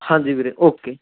ਹਾਂਜੀ ਵੀਰੇ ਓਕੇ